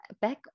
back